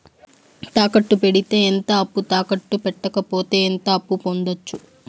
తాకట్టు పెడితే ఎంత అప్పు, తాకట్టు పెట్టకపోతే ఎంత అప్పు పొందొచ్చు?